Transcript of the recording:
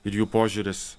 ir jų požiūris